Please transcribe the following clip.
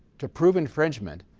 to prove infringement,